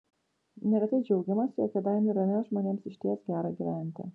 neretai džiaugiamasi jog kėdainių rajone žmonėms išties gera gyventi